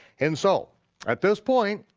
and so at this point,